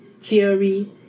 theory